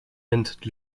entered